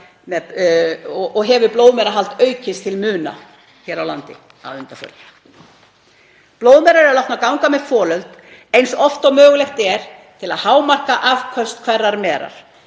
og hefur blóðmerahald aukist til muna hér á landi að undanförnu. Blóðmerar eru látnar ganga með folöld eins oft og mögulegt er til að hámarka afköst hverrar merar,